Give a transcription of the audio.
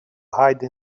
hide